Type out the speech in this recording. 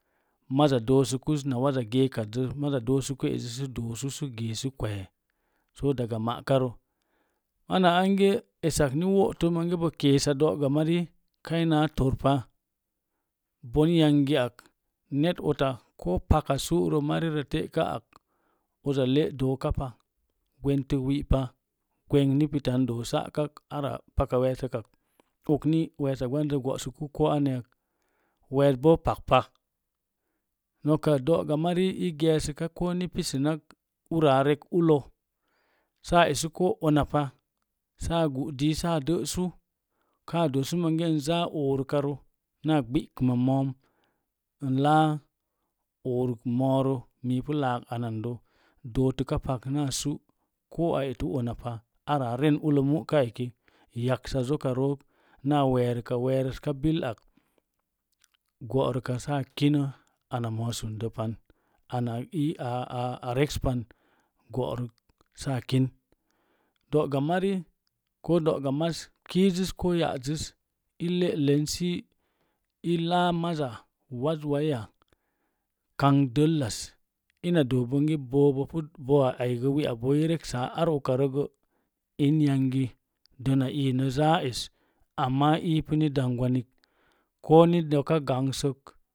Mazza doosəkus na waza geekaszə maza doosuz ezi sə doosu sə kwe so daga ma'karə ama ange esak ni wo'to monge bo keesa do'gamari ina torpa bon yangi ak net uta ko pakasu'ra marirə te'ka ak uza le'dookapa gwentək wi'pa gwenk ni pita n doo sa'ka paka wi'rəkak okni weesa gwandəs go'suku ko an ya weesbo pakpa noka do'gamari i geesəka ko ni pisənak ura a rek ullo saa esu ko unapa saa gh'dii saa də'su kaa doosu monge n zaa ovukarə na gbikəm a mom n laa oruk moro mii ipu laak ana andə dootəka pak naasu'ko a etu unapa ara aren ulla’ mu'ka eki yaksa zokaroo naa weerəka weerəska bil ak go'ruka saa kinə ama moo a sundəpan ana ayi a rekspan bo'rak saa kin do'gamari ko do'gamas kiizəs ko ya'zəs i le'len sə i laa mazza wazwaiya kam dəllas ina doo bonge boa aigə wi'a booi i reksaa ar uka gə in yangi dəna iinə zaa es amma i puni dangwanik ko doka gangsək